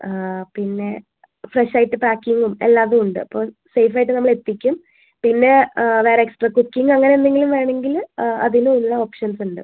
പിന്നെ ഫ്രഷായിട്ട് പാക്ക് ചെയ്യും എല്ലാ ഇതും ഉണ്ട് അപ്പോൾ സേഫ് ആയിട്ട് നമ്മൾ എത്തിക്കും പിന്നെ വേറെ എക്സ്ട്രാ കുക്കിംഗ് അങ്ങനെ എന്തെങ്കിലും വേണമെങ്കിൽ ആ അതിനുള്ള ഓപ്ഷൻസ് ഉണ്ട്